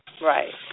Right